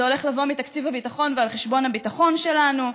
זה הולך לבוא מתקציב הביטחון ועל חשבון הביטחון שלנו,